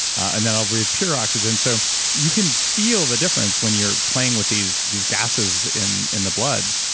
and then i'll breath pure oxygen so you can feel the difference when you're playing with these these gases in in the blood.